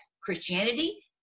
Christianity